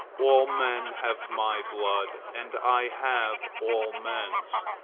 all men have my blood and i have all men's.